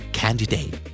candidate